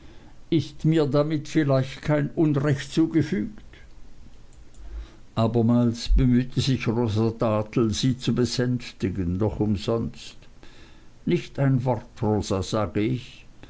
ist mir damit vielleicht kein unrecht zugefügt abermals bemühte sich rosa dartle sie zu besänftigen doch umsonst nicht ein wort rosa sage ich